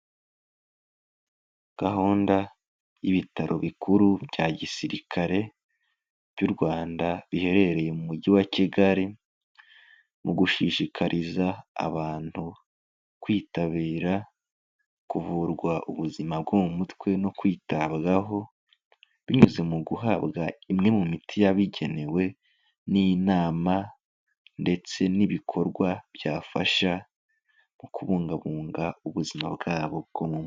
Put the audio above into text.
Gahunda y'ibitaro bikuru bya gisirikare by'u Rwanda biherereye mu mujyi wa Kigali, mu gushishikariza abantu kwitabira kuvurwa ubuzima bwo mu mutwe no kwitabwaho, binyuze mu guhabwa imwe mu miti yabigenewe, n'inama ndetse n'ibikorwa byafasha mu kubungabunga ubuzima bwabo bwo mu mutwe.